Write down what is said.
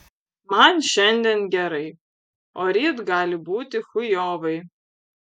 man šiandien gerai o ryt gali būti chujovai